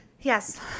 Yes